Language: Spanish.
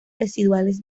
residuales